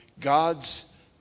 God's